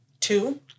two